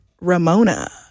Ramona